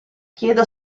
chiedo